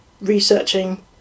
researching